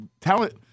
talent